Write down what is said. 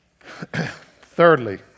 Thirdly